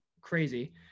crazy